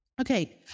okay